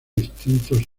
distintos